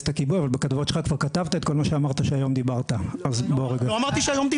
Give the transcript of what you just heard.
סיבות, לא --- את